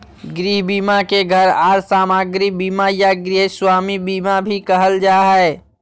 गृह बीमा के घर आर सामाग्री बीमा या गृहस्वामी बीमा भी कहल जा हय